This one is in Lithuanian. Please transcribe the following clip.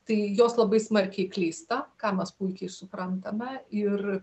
tai jos labai smarkiai klysta ką mes puikiai suprantame ir